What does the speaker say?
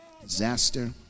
disaster